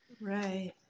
Right